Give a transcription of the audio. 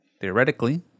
theoretically